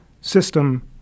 system